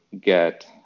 get